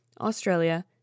Australia